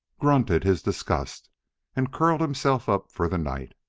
grunted his disgust and curled himself up for the night.